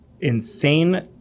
insane